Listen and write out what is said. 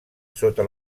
sota